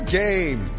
game